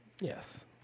Yes